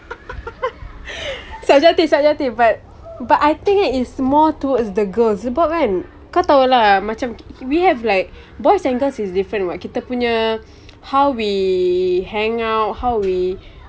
subjective subjective but but I think kan it's more towards the girls sebab kan kau tahu lah macam we have like boys and girls is different [what] kita punya how we hangout how we